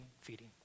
feeding